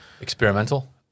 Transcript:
experimental